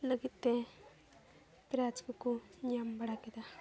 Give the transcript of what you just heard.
ᱞᱟᱹᱜᱤᱫ ᱛᱮ ᱯᱨᱟᱭᱤᱡᱽ ᱠᱚᱠᱚ ᱧᱟᱢ ᱵᱟᱲᱟ ᱠᱮᱫᱟ